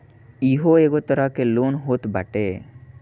इहो एगो तरह के लोन होत बाटे